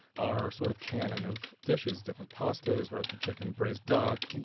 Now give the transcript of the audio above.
our sort of canon of dishes different pastas, roasted chicken, braised duck,